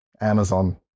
amazon